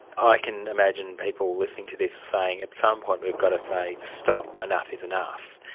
i can imagine people listening to this saying at some point we've got to say stop, enough is enough',